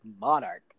monarch